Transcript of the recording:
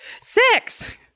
Six